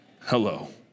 Hello